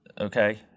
okay